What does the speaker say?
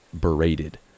Berated